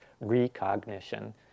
recognition